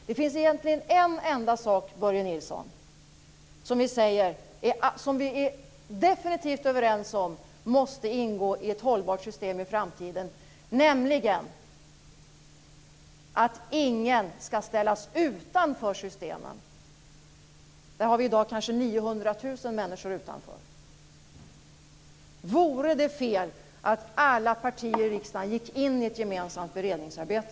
Det är en enda sak, Börje Nilsson, som vi definitivt är överens om måste ingå i ett hållbart system i framtiden, nämligen att ingen skall ställas utanför systemen. Vi har i dag kanske 900 000 människor utanför. Vore det fel att alla partier i riksdagen gick in i ett gemensamt beredningsarbete?